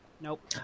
nope